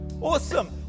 Awesome